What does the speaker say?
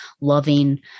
loving